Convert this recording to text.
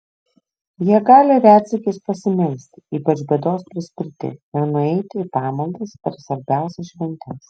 jie gali retsykiais pasimelsti ypač bėdos prispirti ir nueiti į pamaldas per svarbiausias šventes